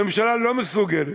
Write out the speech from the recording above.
הממשלה לא מסוגלת.